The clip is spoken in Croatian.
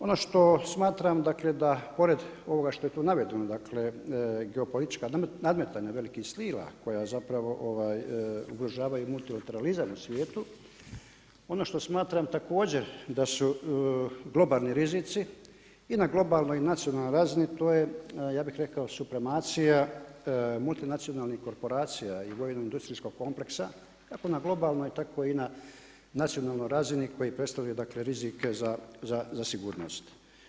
Ono što smatram dakle da pored ovoga što je tu navedeno, dakle geopolitička nadmetanja velikih sila koja zapravo ugrožavaju mulilateralizam u svijetu, ono što smatram također da su globalni rizici i na globalnoj i nacionalnoj razini to je, ja bih rekao supremacija multinacionalnih korporacija… industrijskog kompleksa kako na globalnoj tako i na nacionalnoj razini koji predstavlja, dakle rizike za sigurnost.